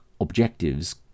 objectives